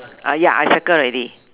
uh ya I circle already